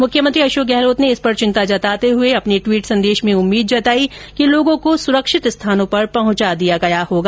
मुख्यमंत्री अशोक गहलोत ने इस पर चिंता जताते हुए अपने ट्वीट संदेश में उम्मीद जताई है कि लोगों को सुरक्षित स्थानों पर पहुंचा दिया गया होगा